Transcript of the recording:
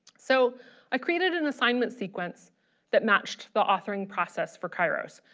so i created an assignment sequence that matched the authoring process for kairos,